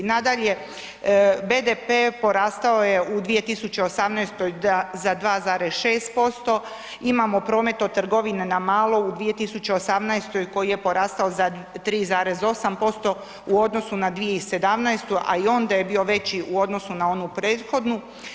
Nadalje, BDP porastao je u 2018. za 2,6%, imamo promet od trgovine na malo u 2018. koji je porastao za 3,8% u odnosu na 2017. a i onda je bio veći u odnosu na onu prethodnu.